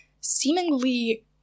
seemingly